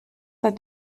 hat